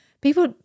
People